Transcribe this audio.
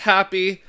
Happy